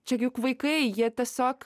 čia gi juk vaikai jie tiesiog